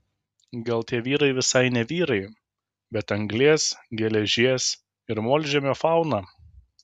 gal tie vyrai visai ne vyrai bet anglies geležies ir molžemio fauna